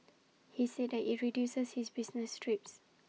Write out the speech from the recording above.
he said that IT reduces his business trips